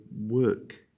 work